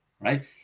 right